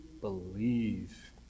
believe